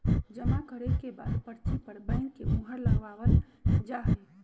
जमा करे के बाद पर्ची पर बैंक के मुहर लगावल जा हई